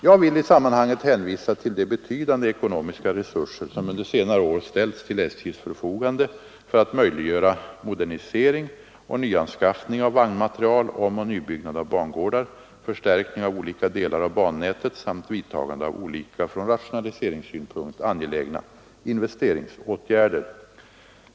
Jag vill i sammanhanget hänvisa till de betydande ekonomiska resurser som under senare år ställts till SJ:s förfogande för att möjliggöra modernisering och nyanskaffning av vagnmateriel, omoch nybyggnad av bangårdar, förstärkning av olika delar av bannätet samt vidtagande av olika från rationaliseringssynpunkt angelägna investeringsåtgärder.